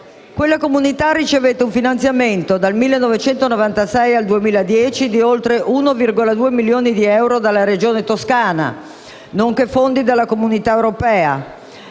Quella comunità ricevette un finanziamento, dal 1996 al 2010, di oltre 1,2 milioni di euro dalla Regione Toscana, nonché fondi dalla Comunità europea.